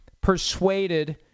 persuaded